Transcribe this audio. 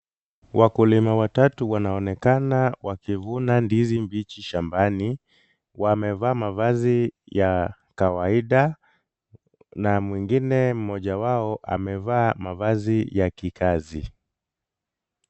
Wakulima watatu wanaonekana wakivuna ndizi mbichi shambani. Wamevaa mavazi ya kawaida na mwingine mmoja wao amevaa mavazi ya kikazi.